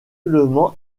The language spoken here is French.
nullement